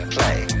Play